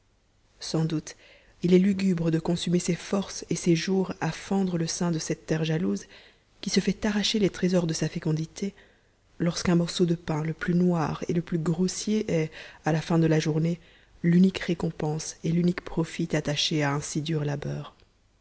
sans doute il est lugubre de consumer ses forces et ses jours à fendre le sein de cette terre jalouse qui se fait arracher les trésors de sa fécondité lorsqu'un morceau de pain le plus noir et le plus grossier est à la fin de la journée l'unique récompense et l'unique profit attachés à un si dur labeur